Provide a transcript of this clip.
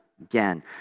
again